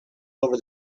over